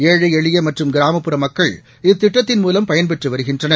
ஏழை எளிய மற்றும் கிராமப்புற மக்கள் இத்திட்டத்தின்மூலம் பயன்பெற்று வருகின்றனர்